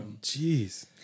Jeez